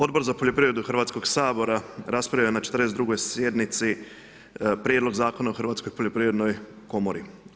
Odbor za poljoprivredu Hrvatskog sabora raspravlja na 42. sjednici prijedlog Zakona o Hrvatskoj poljoprivrednoj komori.